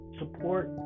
support